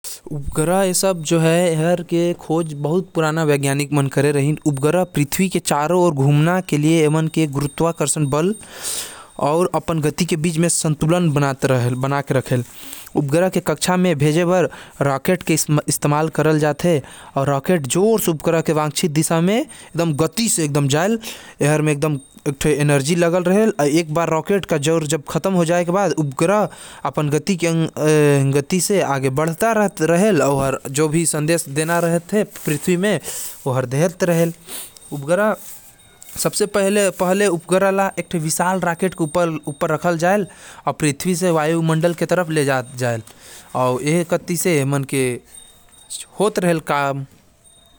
एक उपग्रह अपन कक्षा म रॉकेट से मिलेल गति अउ गुरुत्वाकर्षण के बल से घुमेल अउ ओहि वजह से ओ अपन कक्षा में रहथे।